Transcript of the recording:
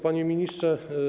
Panie Ministrze!